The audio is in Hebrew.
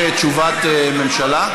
תשובת ממשלה?